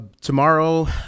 Tomorrow